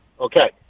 Okay